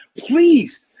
please,